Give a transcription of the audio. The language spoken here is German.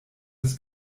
des